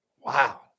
Wow